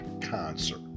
concert